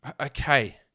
Okay